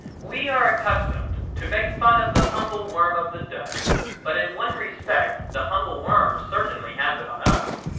we are accustomed to make fun of the humble worm of the dust but in one respect the humble worm certainly has it on us.